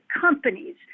companies